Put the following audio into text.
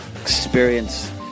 experience